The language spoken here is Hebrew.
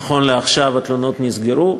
נכון לעכשיו התלונות נסגרו,